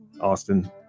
Austin